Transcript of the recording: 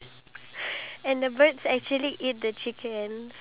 I don't know maybe maybe not